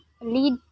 lead